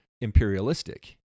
imperialistic